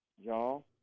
y'all